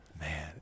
Man